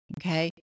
okay